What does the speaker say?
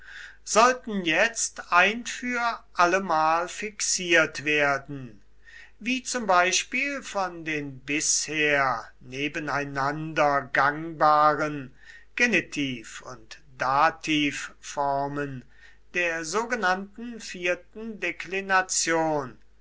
sollten jetzt ein für allemal fixiert werden wie zum beispiel von den bisher nebeneinander gangbaren genetiv und dativformen der sogenannten vierten